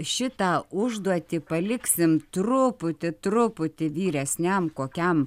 šitą užduotį paliksim truputį truputį vyresniam kokiam